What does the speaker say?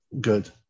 good